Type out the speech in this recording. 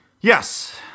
yes